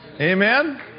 amen